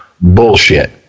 bullshit